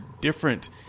different